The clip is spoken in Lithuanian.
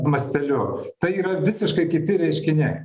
masteliu tai yra visiškai kiti reiškiniai